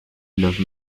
love